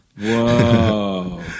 Whoa